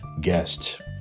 guests